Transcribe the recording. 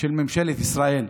של ממשלת ישראל.